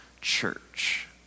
church